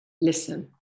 listen